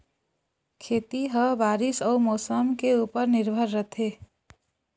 खेती ह बारीस अऊ मौसम के ऊपर निर्भर रथे